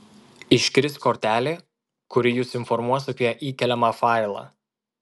iškris kortelė kuri jus informuos apie įkeliamą failą